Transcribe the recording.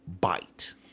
bite